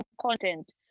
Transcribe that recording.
content